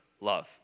love